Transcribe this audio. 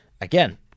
again –